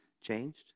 changed